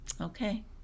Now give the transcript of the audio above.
Okay